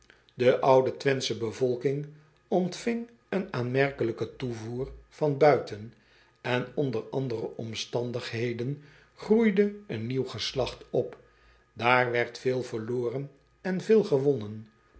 potlood eel sche bevolking ontving een aanmerkelijken toevoer van buiten en onder andere omstandigheden groeide een nieuw geslacht op aar werd veel verloren en veel gewonnen